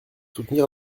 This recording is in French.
soutenir